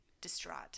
distraught